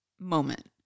moment